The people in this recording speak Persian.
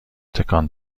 تکان